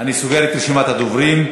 אני סוגר את רשימת הדוברים.